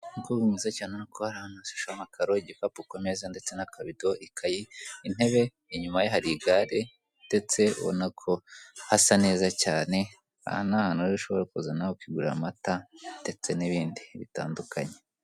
Umukobwa mwiza cyane urabona ko ari ahantu hashashe amakaro, igikapu ku meza ndetse n'akabido, ikayi, intebe inyuma ye hari igare ndetse urabona ko hasa neza cyane, aha ni ahantu rero ushobora kuza nawe ukigurira amata, ndetse n'ibindi bitandukanye.